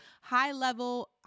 high-level